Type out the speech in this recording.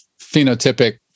phenotypic